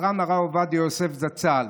מרן הרב עובדיה יוסף זצ"ל,